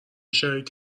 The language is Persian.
شریک